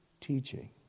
teaching